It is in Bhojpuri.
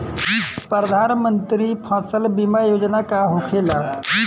प्रधानमंत्री फसल बीमा योजना का होखेला?